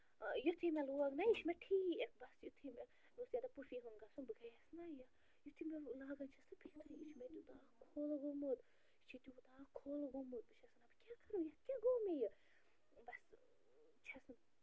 یُتھٕے مےٚ لوگ نا یہِ چھُ مےٚ ٹھیٖک بس یُتھٕے مےٚ مےٚ اوس یَہ دۄہ پُفی ہُنٛد گَسُن بہٕ گٔیس نا یہِ یُتھٕے مےٚ لاگن چھَس نا بہٕ یِتھُے یہِ چھِ مےٚ تیوٗتاہ کھوٚل گوٚمُت یہِ چھُ تیوٗتاہ کھوٚل گوٚمُت بہٕ چھَس وَنان بہٕ کیٛاہ کَرٕ وۄنۍ یَتھ کیٛاہ گوٚو مےٚ یہِ بس چھَس نہٕ